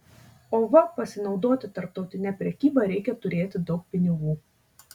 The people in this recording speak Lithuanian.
o va pasinaudoti tarptautine prekyba reikia turėti daug pinigų